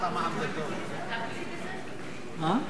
אתה מציג את זה?